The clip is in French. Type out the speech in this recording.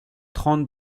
trente